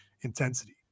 intensity